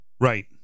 Right